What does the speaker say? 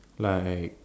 like